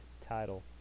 title